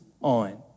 on